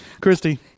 Christy